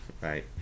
Right